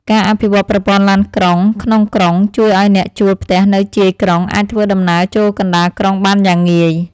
ការអភិវឌ្ឍប្រព័ន្ធឡានក្រុងក្នុងក្រុងជួយឱ្យអ្នកជួលផ្ទះនៅជាយក្រុងអាចធ្វើដំណើរចូលកណ្តាលក្រុងបានយ៉ាងងាយ។